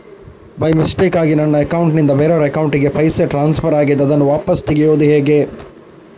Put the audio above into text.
By ಮಿಸ್ಟೇಕಾಗಿ ನನ್ನ account ನಿಂದ ಬೇರೆಯವರ ಅಕೌಂಟ್ ಗೆ ಪೈಸೆ ಟ್ರಾನ್ಸ್ಫರ್ ಆಗಿದೆ ಅದನ್ನು ವಾಪಸ್ ತೆಗೆಯೂದು ಹೇಗೆ?